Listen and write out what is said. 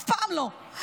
אף פעם לא,